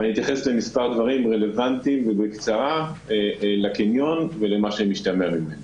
אני אתייחס למספר דברים רלוונטיים לקניון ולמה שמשתמע ממנו,